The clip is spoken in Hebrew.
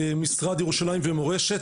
משרד ירושלים ומורשת,